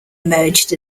emerged